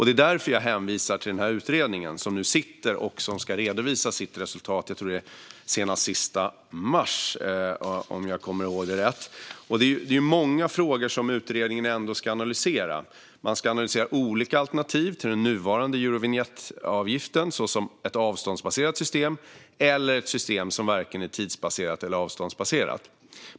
Det är därför jag hänvisar till den utredning som nu finns och som ska redovisa sitt resultat senast den 31 mars, om jag kommer ihåg rätt. Det är många frågor som utredningen ska analysera. Man ska analysera olika alternativ till den nuvarande Eurovinjettavgiften, såsom ett avståndsbaserat system eller ett system som varken är tidsbaserat eller avståndsbaserat.